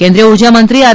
કેન્દ્રિય ઊર્જા મંત્રી આર